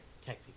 tech